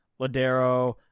Ladero